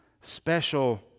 special